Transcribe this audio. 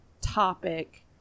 topic